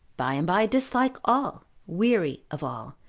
by and by dislike all, weary of all,